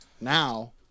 now